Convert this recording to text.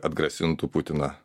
atgrasintų putiną